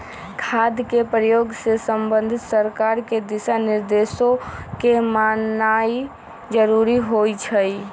खाद के प्रयोग से संबंधित सरकार के दिशा निर्देशों के माननाइ जरूरी होइ छइ